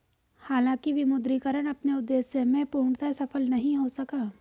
हालांकि विमुद्रीकरण अपने उद्देश्य में पूर्णतः सफल नहीं हो सका